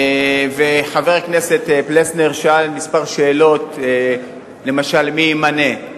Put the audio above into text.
חבר הכנסת פלסנר שאל כמה שאלות, למשל מי ימנה.